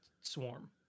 swarm